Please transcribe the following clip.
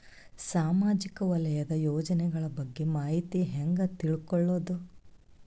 ಸಾಮಾಜಿಕ ವಲಯದ ಯೋಜನೆಗಳ ಬಗ್ಗೆ ಮಾಹಿತಿ ಹ್ಯಾಂಗ ತಿಳ್ಕೊಳ್ಳುದು?